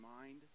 mind